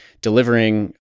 delivering